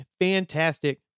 fantastic